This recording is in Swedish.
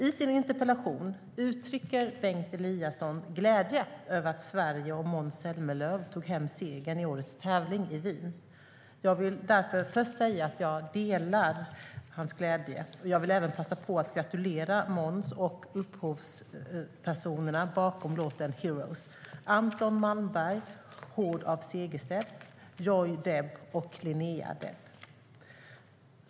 I sin interpellation uttrycker Bengt Eliasson glädje över att Sverige och Måns Zelmerlöw tog hem segern i årets tävling i Wien. Jag vill därför först säga att jag delar hans glädje, och jag vill även passa på att gratulera Måns och upphovspersonerna bakom låten Heroes : Anton Malmberg Hård af Segerstad, Joy Deb och Linnéa Deb.